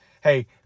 Hey